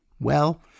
Well